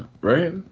right